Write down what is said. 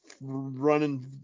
running